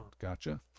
Gotcha